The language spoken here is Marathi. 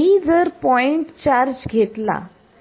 मी जर पॉईंट चार्ज घेतला